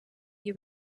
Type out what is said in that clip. you